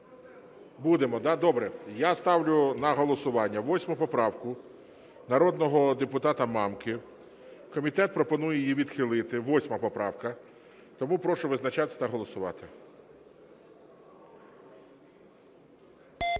Будемо, да, добре. Я ставлю на голосування 8 поправку народного депутата Мамки. Комітет пропонує її відхилити, 8 поправка. Тому прошу визначатися та голосувати.